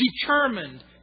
determined